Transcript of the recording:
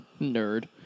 nerd